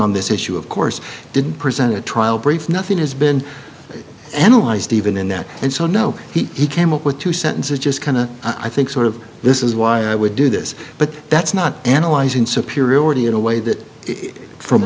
on this issue of course didn't present a trial brief nothing has been analyzed even in that and so no he came up with two sentences just kind of i think sort of this is why i would do this but that's not analyzing superiority in a way that from